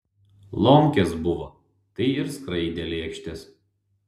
lomkės buvo tai ir skraidė lėkštės